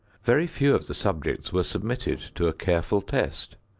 very few of the subjects were submitted to a careful test.